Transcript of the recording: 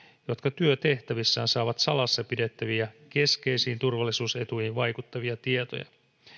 jotka työtehtävissään saavat salassa pidettäviä keskeisiin turvallisuusetuihin vaikuttavia tietoja